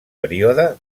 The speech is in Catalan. període